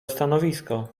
stanowisko